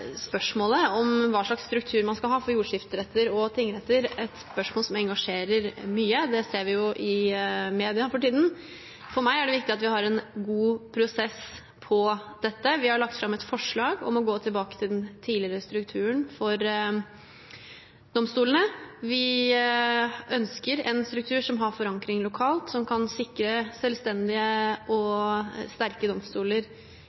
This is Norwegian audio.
spørsmålet om hvilken struktur man skal ha for jordskifteretter og tingretter, et spørsmål som engasjerer mye. Det ser vi jo i media for tiden. For meg er det viktig at vi har en god prosess på dette. Vi har lagt fram et forslag om å gå tilbake til den tidligere strukturen for domstolene. Vi ønsker en struktur som har forankring lokalt, som kan sikre selvstendige og sterke domstoler